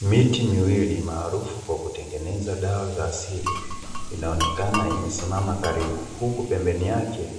Miti miwili maarufu kwa kutengeneza dawa za asili, inaonekana imesimama karibu, huku pembeni yake